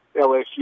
LSU